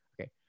Okay